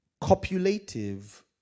Copulative